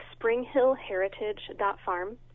springhillheritage.farm